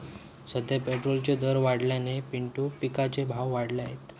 सध्या पेट्रोलचे दर वाढल्याने पिंटू पिकाचे भाव वाढले आहेत